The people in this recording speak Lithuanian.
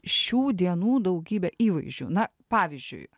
šių dienų daugybę įvaizdžių na pavyzdžiui